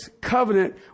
covenant